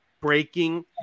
Breaking